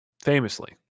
famously